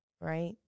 right